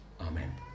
Amen